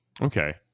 Okay